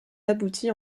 aboutie